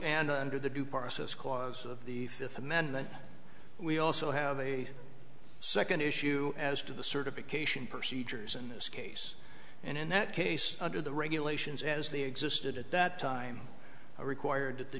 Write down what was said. process clause of the fifth amendment we also have a second issue as to the certification procedures in this case and in that case under the regulations as they existed at that time required that the